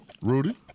Rudy